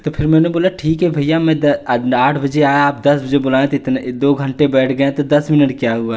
तो फ़िर मैंने बोला ठीक है भैया मैं दा आठ बजे आया आप दस बजे बुलाए थे इतने दो घंटे बैठ गए तो दस मिनट क्या हुआ